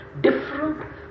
different